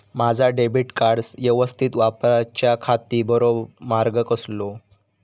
माजा debit card यवस्तीत वापराच्याखाती बरो मार्ग कसलो?